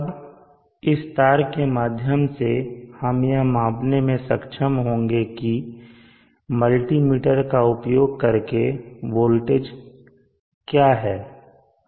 अब इस तार के माध्यम से हम यह मापने में सक्षम होंगे कि मल्टीमीटर का उपयोग करके वोल्टेज क्या है